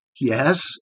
Yes